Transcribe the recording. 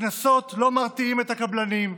הקנסות לא מרתיעים את הקבלנים,